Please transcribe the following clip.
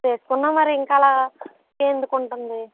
వేసుకున్నా మరి ఇంకా అలా ఎందుకు ఉంటుంది